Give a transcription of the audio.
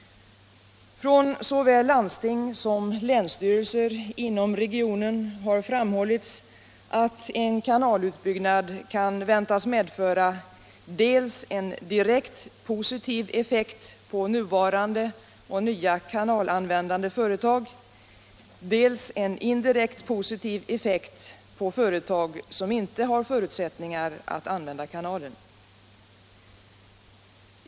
Från såväl landsting som länsstyrelser inom regionen har framhållits att en kanalutbyggnad kan väntas medföra dels en direkt positiv effekt på nuvarande och nya kanalanvändande företag, dels en indirekt positiv effekt på företag som inte har förutsättning att använda kanalen.